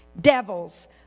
devils